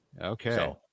Okay